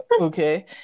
okay